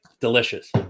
Delicious